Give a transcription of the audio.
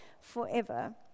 forever